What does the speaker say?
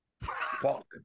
Fuck